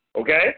okay